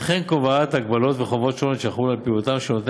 וכן קובעת הגבלות וחובות שונות שיחולו על פעילותם של נותני